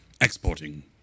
exporting